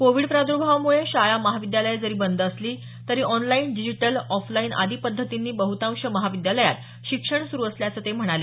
Covid प्रादुर्भावामुळे शाळा महाविद्यालयं जरी बंद असली तरी ऑनलाईन डिजिटल ऑफलाईन आदी पद्धतींनी बहतांश महाविद्यालयात शिक्षण सुरू असल्याचं ते म्हणाले